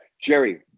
Jerry